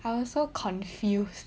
I was so confused